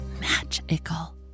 magical